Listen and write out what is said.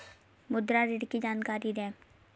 मुद्रा ऋण की जानकारी दें?